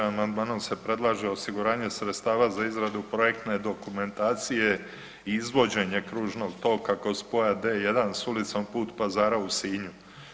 Amandmanom se predlaže osiguranje sredstava za izradu projektne dokumentacije i izvođenje kružnog toka kod spoja D1 s Ulicom put pazara u Sinju.